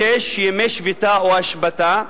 6. ימי שביתה או השבתה,